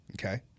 okay